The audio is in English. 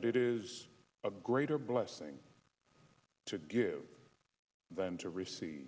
that it is a greater blessing to give than to receive